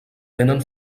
tenen